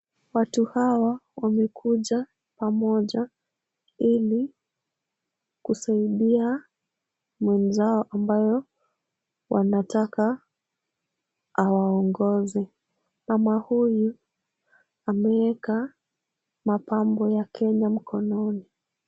Watu hawa wamekuja pamoja ili kusaidia mwenzao ambayo wanataka awaongoze. Mama huyu ameeka mapambo ya Kenya mkononi.